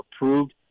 approved